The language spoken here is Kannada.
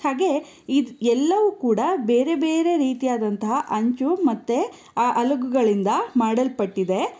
ಹಾಗೆ ಇದೆಲ್ಲವೂ ಕೂಡ ಬೇರೆ ಬೇರೆ ರೀತಿಯಾದಂತಹ ಅಂಚು ಮತ್ತು ಅಲಗುಗಳಿಂದ ಮಾಡಲ್ಪಟ್ಟಿದೆ